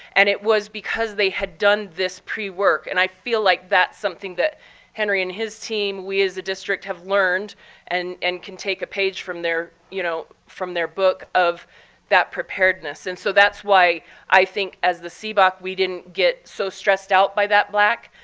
and it was because they had done this pre work. and i feel like that's something that henry and his team, we as a district, have learned and and can take a page from their you know from their book of that preparedness. and so that's why i think as the cboc we didn't get so stressed out by that black,